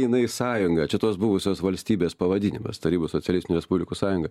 jinai sąjunga čia tos buvusios valstybės pavadinimas tarybų socialistinių respublikų sąjunga